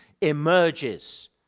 emerges